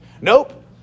Nope